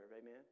amen